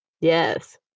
Yes